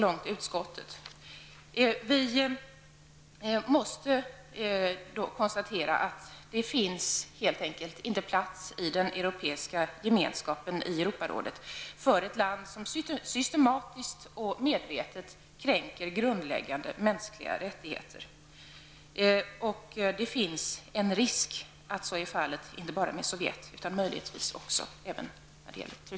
Vi måste då konstatera att det helt enkelt inte finns plats i den europeiska gemenskapen, i Europarådet, för ett land som systematiskt och medvetet kränker grundläggande mänskliga rättigheter. Det finns en risk för att så är fallet inte bara med Sovjet utan möjligtvis också när det gäller